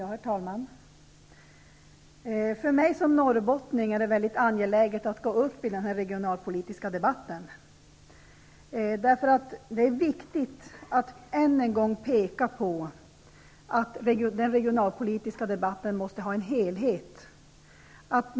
Herr talman! För mig som norrbottning är det angeläget att gå upp i denna regionalpolitiska debatt. Det är viktigt att än en gång peka på att vi i den regionalpolitiska debatten måste ha en helhet.